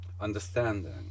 understanding